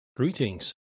Greetings